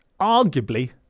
arguably